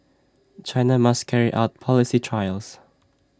China must carry out policy trials